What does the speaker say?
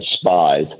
spies